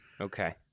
Okay